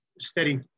steady